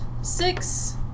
Six